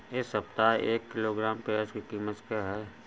इस सप्ताह एक किलोग्राम प्याज की कीमत क्या है?